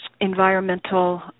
environmental